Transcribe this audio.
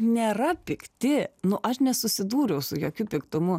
nėra pikti nu aš nesusidūriau su jokiu piktumu